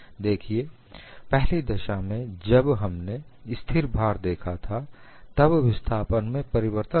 देखिए पहली दशा में जब हमने स्थिर भार देखा था तब विस्थापन में परिवर्तन था